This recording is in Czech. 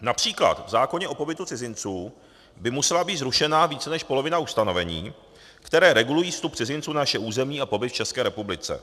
Například v zákoně o pobytu cizinců by musela být zrušena více než polovina ustanovení, která regulují vstup cizinců na naše území a pobyt v České republice.